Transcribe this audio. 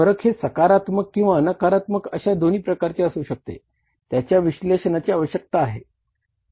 फरक हे सकारात्मक किंवा नकारात्मक अशा दोन्ही प्रकारचे असू शकते त्यांच्या विश्लेषणाची आवश्यकता आहे